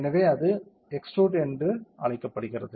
எனவே அது எக்ஸ்ட்ரூட் என்று அழைக்கப்படுகிறது